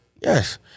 yes